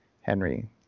henry